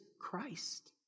Christ